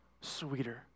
sweeter